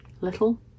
Little